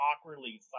awkwardly